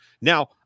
now